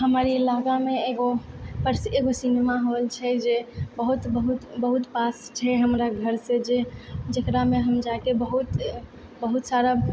हमर इलाकामे एगो प्रसिद्ध एगो सिनेमा हॉल छै जे बहुत बहुत बहुत पास छै हमरा घर से जे जेकरामे हम जाके बहुत बहुत सारा